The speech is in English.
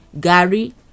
Gary